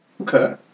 Okay